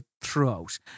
throughout